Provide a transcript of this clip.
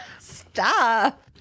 Stop